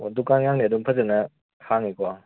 ꯑꯣ ꯗꯨꯀꯥꯟ ꯒꯥꯡꯗꯤ ꯑꯗꯨꯝ ꯐꯖꯅ ꯍꯥꯡꯉꯤꯀꯣ